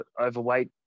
overweight